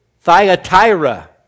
Thyatira